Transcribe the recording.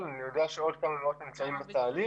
ואני יודע שעוד כמה מאות נמצאים בתהליך.